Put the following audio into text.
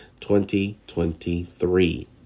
2023